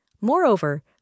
Moreover